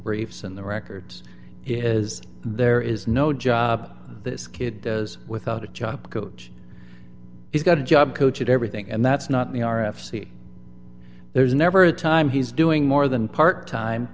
briefs and the records is there is no job this kid is without a job coach he's got a job coach and everything and that's not me r f c there's never a time he's doing more than part time